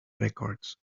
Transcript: records